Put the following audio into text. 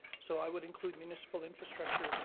so i would include municipal infrastructure,